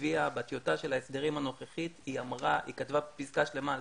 בטיוטה של ההסדרים הנוכחית היא כתבה פסקה שלמה על